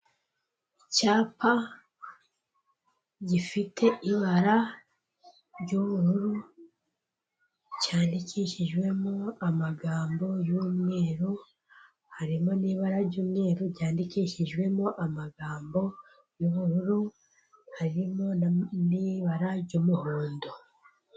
Icyapa gifite ibara ry'ubururu cyandikishijwemo amagambo y'umweru, harimo n'ibara ry'umweru ryandikishijwemo amagambo y'ubururu harimo n'ibara ry'umuhondo.